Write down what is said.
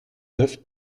neuf